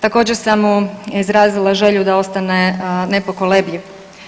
Također sam mu izrazila želju da ostane nepokolebljiv.